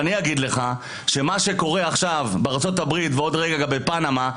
ולכן אני אגיד לך שמה שקורה עכשיו בארצות הברית ועוד רגע גם בפנמה,